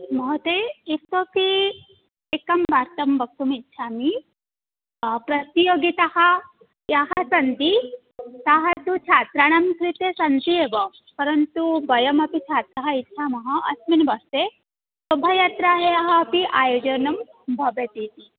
महोदय इतोऽपि एकां वार्तां वक्तुम् इच्छामि प्रतियोगिताः याः सन्ति ताः तु छात्राणां कृते सन्त्येव परन्तु वयमपि छात्राः इच्छामः अस्मिन् वर्षे शोभायात्रायाः अपि आयोजनं भवेत् इति